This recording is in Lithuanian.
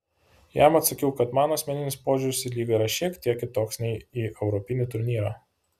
jam atsakiau kad mano asmeninis požiūris į lygą yra šiek tiek kitoks nei į europinį turnyrą